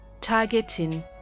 targeting